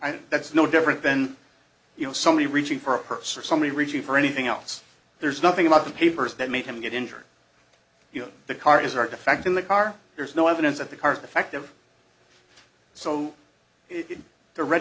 know that's no different than you know somebody reaching for a purpose or somebody's reaching for anything else there's nothing about the papers that made him get injured you know the car is artifact in the car there's no evidence that the car's defective so the red